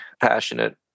passionate